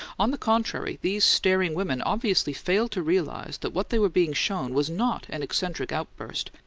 on the contrary, these staring women obviously failed to realize that what they were being shown was not an eccentric outburst,